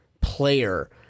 player